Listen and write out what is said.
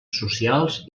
socials